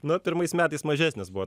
nu pirmais metais mažesnis buvo